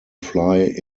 fly